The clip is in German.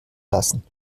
lassen